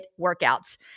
workouts